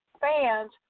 fans